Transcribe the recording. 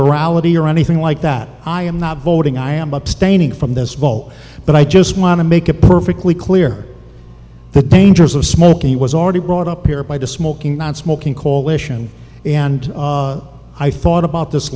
morality or anything like that i am not voting i am abstaining from this vote but i just want to make it perfectly clear the dangers of smoking was already brought up here by to smoking nonsmoking coalition and i thought about this